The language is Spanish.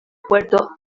puerto